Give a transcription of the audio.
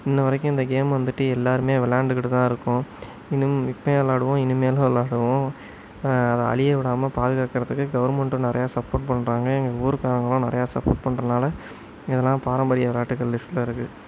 இன்று வரைக்கும் இந்த கேம் வந்துட்டு எல்லாருமே விளாண்டுக்கிட்டு தான் இருக்கோம் இன்னமும் இப்போயும் விளாடுவோம் இனிமேலும் விளாடுவோம் அதை அழியவிடாம பாதுகாக்கிறதுக்கு கவர்மண்ட்டும் நிறையா சப்போட் பண்றாங்க எங்கள் ஊருக்காரங்களும் நிறையா சப்போட் பண்றதுனால இதலாம் பாரம்பரிய விளையாட்டுகள் லிஸ்ட்டில் இருக்குது